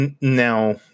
Now